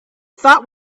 thought